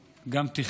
גם תקציב, גם תכנון,